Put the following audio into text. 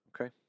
Okay